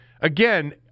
Again